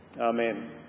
Amen